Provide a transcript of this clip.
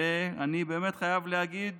ואני באמת חייב להגיד